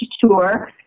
tour